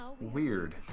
Weird